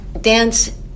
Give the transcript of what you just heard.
dance